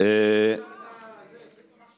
איפה אתה היית?